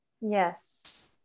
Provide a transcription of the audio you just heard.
Yes